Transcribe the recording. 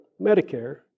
Medicare